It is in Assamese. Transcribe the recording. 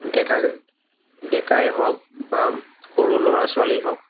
ডেকা ডেকাই হওক বা সৰু ল'ৰা ছোৱালীয়ে হওক